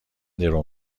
درو